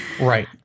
Right